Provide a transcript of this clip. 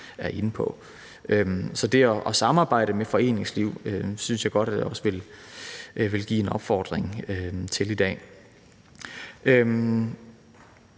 er inde på. Så det at samarbejde med foreningslivet vil jeg også godt komme med en opfordring til i dag.